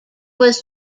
was